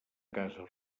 casa